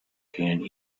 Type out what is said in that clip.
can